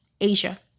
Asia